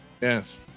yes